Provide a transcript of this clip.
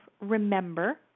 remember